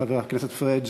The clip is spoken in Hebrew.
חבר הכנסת פריג',